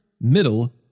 middle